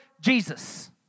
Jesus